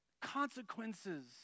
consequences